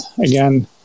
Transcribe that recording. again